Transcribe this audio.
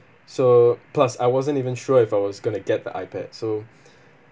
so plus I wasn't even sure if I was going to get the iPad so